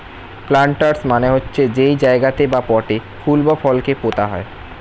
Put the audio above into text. planters মানে হচ্ছে যেই জায়গাতে বা পটে ফুল বা ফল কে পোতা হয়